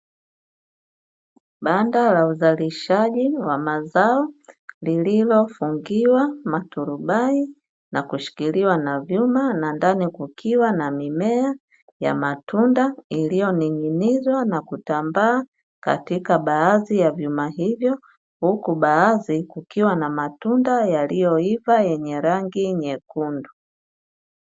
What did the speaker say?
Banda la uzalishaji wa mazao lililofungiwa maturubai na kushikiliwa na vyuma na ndani kukiwa na mimea ya matunda, iliyoning’inizwa na kutambaa katika baadhi ya vyuma hivyo, huku baadhi kukiwa na matunda yaliyoiva yenye rangi nyekundu.